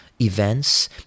events